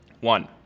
One